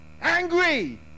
Angry